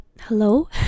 Hello